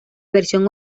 versión